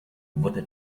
wurde